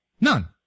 None